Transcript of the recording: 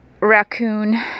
raccoon